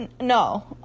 no